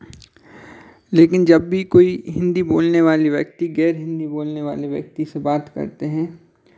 लेकिन जब भी कोई हिन्दी बोलने वाले व्यक्ति गैर हिन्दी बोलने वाले व्यक्ति से बात करते हैं